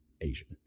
Asian